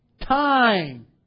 Time